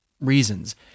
reasons